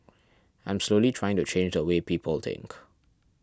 I'm slowly trying to change the way people think